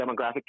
demographic